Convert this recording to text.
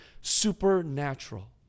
supernatural